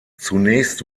zunächst